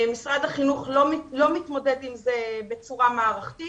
משרד החינוך לא מתמודד עם זה בצורה מערכתית